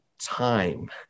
time